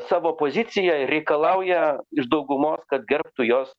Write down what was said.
savo poziciją reikalauja iš daugumos kad gerbtų jos